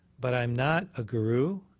but i am not a guru,